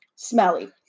Smelly